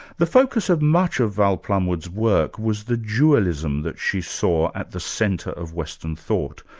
the focus of much of val plumwood's work was the dualism that she saw at the centre of western thought.